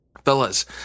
Fellas